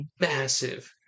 massive